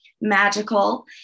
magical